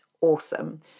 awesome